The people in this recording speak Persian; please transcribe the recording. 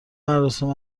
مراسم